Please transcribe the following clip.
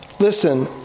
Listen